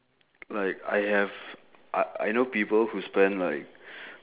like I have I I know people who spend like